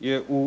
je u